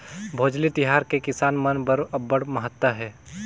भोजली तिहार के किसान मन बर अब्बड़ महत्ता हे